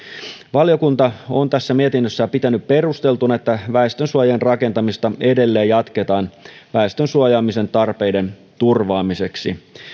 valiokunta on tässä mietinnössään pitänyt perusteltuna että väestönsuojien rakentamista edelleen jatketaan väestön suojaamisen tarpeiden turvaamiseksi